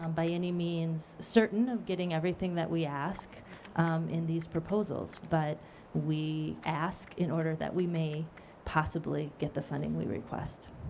um by any means, certain of getting everything that we ask in these proposals but we ask in order that we may possibly get the funding we request.